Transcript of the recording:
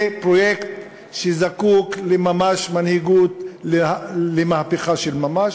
זה פרויקט שממש זקוק למנהיגות, למהפכה של ממש.